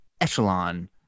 echelon